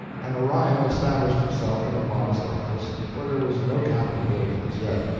and orion established himself in a modest office, for there was no capitol building as yet,